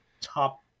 top